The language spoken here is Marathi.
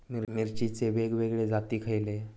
मिरचीचे वेगवेगळे जाती खयले?